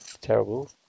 terrible